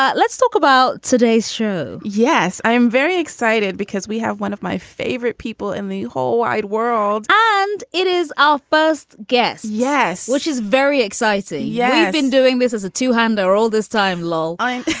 ah let's talk about today's show yes, i'm very excited because we have one of my favorite people in the whole wide world and it is our first guest. yes. which is very exciting. yeah. i've been doing this as a two hander all this time, lol.